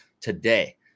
today